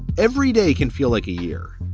every day can feel like a year.